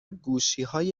گوشیهای